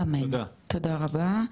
אמן, תודה רבה.